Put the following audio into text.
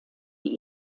die